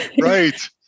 right